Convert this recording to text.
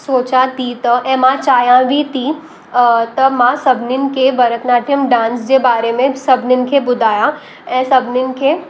सोचिया थी त ऐं मां चाहियां बि ती त मां सभिनीनि खे भरतनाट्यम डांस जे बारे में सभिनीनि खे ॿुधायां ऐं सभिनीनि खे